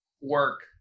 work